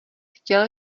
chtěl